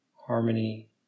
harmony